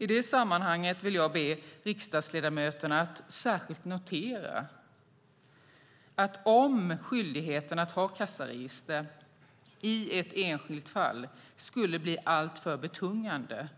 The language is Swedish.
I det här sammanhanget vill jag be riksdagsledamöterna att särskilt notera följande: Om skyldigheten att ha kassaregister i ett enskilt fall skulle bli alltför betungande